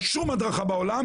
שום הדרכה בעולם,